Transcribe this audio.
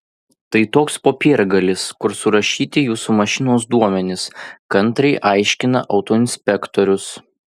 tai toks popiergalis kur surašyti jūsų mašinos duomenys kantriai aiškina autoinspektorius